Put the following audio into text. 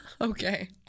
Okay